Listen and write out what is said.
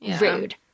Rude